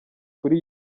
kuri